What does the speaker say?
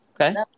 Okay